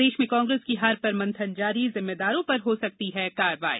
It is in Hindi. प्रदेश में कांग्रेस की हार पर मंथन जारी जिम्मेदारों पर हो सकती है कार्रवाई